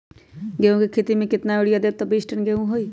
गेंहू क खेती म केतना यूरिया देब त बिस टन गेहूं होई?